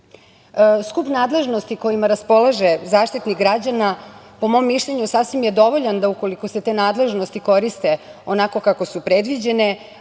nadležnosti kojima raspolaže Zaštitnik građana, po mom mišljenju, sasvim je dovoljan da ukoliko se te nadležnosti koriste onako kako su predviđene,